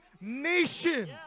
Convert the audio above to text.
nation